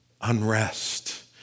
unrest